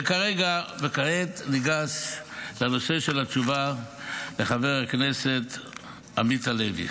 וכעת ניגש לנושא של התשובה לחבר הכנסת עמית הלוי,